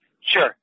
Sure